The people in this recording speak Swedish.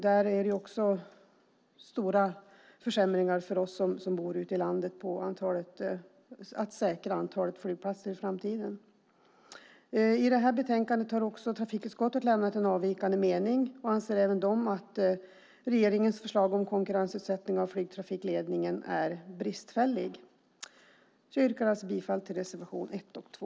Där är det stora försämringar för oss som bor ute i landet. Det gäller att säkra antalet flygplatser i framtiden. I betänkandet har också trafikutskottet lämnat en avvikande mening. Även de anser att regeringens förslag om konkurrensutsättning av flygtrafikledningen är bristfällig. Jag yrkar bifall till reservation 1 och 2.